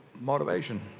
motivation